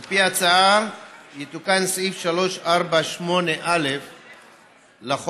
על פי ההצעה יתוקן סעיף 384א לחוק,